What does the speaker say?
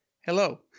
hello